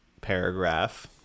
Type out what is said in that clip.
paragraph